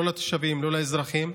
לא לתושבים, לא לאזרחים,